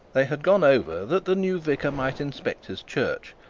they had gone over that the new vicar might inspect his church,